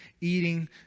eating